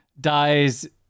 dies